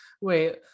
wait